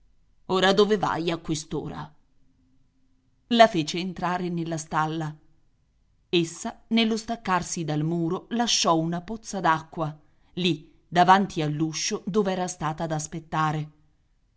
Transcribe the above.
ora dove vai a quest'ora la fece entrare nella stalla essa nello staccarsi dal muro lasciò una pozza d'acqua lì davanti all'uscio dove era stata ad aspettare